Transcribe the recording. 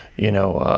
you know,